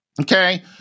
okay